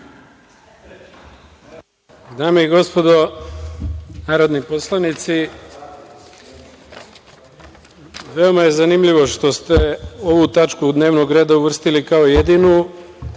Dame i gospodo narodni poslanici, veoma je zanimljivo što ste ovu tačku dnevnog reda uvrstili kao jedinu